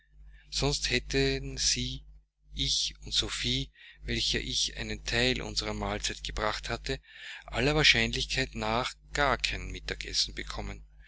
sonst hätten sie ich und sophie welcher ich einen teil unserer mahlzeit gebracht hatte aller wahrscheinlichkeit nach gar kein mittagessen bekommen